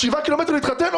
בשבעה הקילומטרים להתחתן?